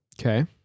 Okay